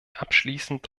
abschließend